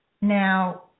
now